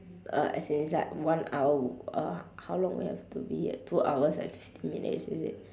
uh as in it's like [one] w~ uh how long have to be here two hours and fifteen minutes is it